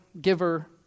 giver